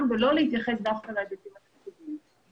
ולא להתייחס דווקא להיבטים התקציביים.